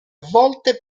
volte